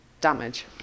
damage